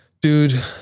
Dude